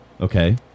Okay